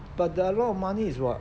but they're a lot of money is what